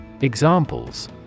Examples